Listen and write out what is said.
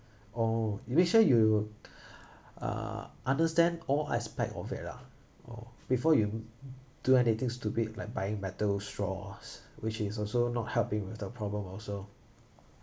oh you make sure you uh understand all aspect of it lah or before you do anything stupid like buying metal straws which is also not helping with the problem also